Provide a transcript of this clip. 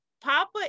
Papa